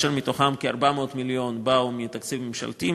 ומתוכם כ-400 מיליון באו מתקציב ממשלתי,